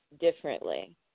differently